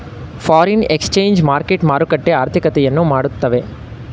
foreign exchange market ಮಾರುಕಟ್ಟೆ ಆರ್ಥಿಕತೆಯನ್ನು ಮಾಡುತ್ತವೆ